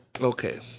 Okay